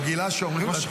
היא רגילה שאומרים לה טלי.